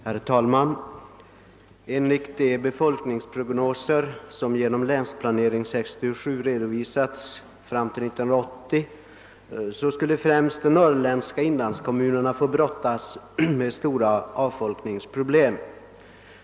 Herr talman! Enligt de befolkningsprognoser som genom Länsplanering 67 redovisats fram till 1980 skulle främst de norrländska inlandskommunerpa få brottas med stora avfolkningsproblem.